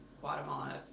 Guatemala